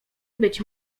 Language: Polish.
być